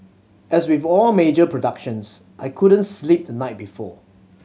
as with all major productions I couldn't sleep the night before